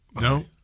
No